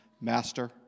master